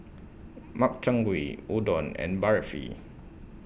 Makchang Gui Udon and Barfi